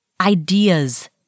ideas